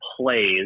plays